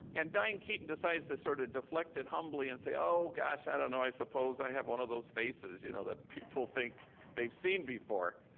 and diane keaton decides to sort of deflect it humbly and say, oh, gosh, i don't know. i suppose i have one of those faces you know that people think they've seen before.